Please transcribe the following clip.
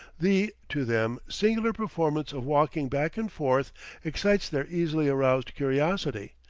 the, to them, singular performance of walking back and forth excites their easily-aroused curiosity,